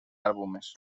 álbumes